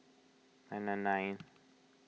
nine nine nine